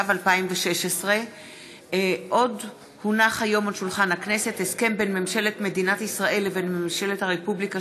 התשע"ו 2016. הסכם בין ממשלת מדינת ישראל לבין ממשלת הרפובליקה